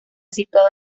situado